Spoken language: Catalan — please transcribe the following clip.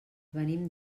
venim